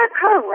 correct